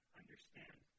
understand